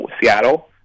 Seattle